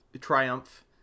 Triumph